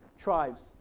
tribes